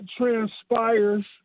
transpires